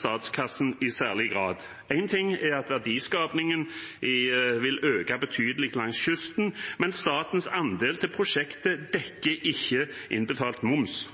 statskassen i særlig grad. Én ting er at verdiskapingen vil øke betydelig langs kysten, men statens andel til prosjektet dekker så langt ikke innbetalt moms,